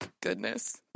goodness